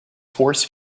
force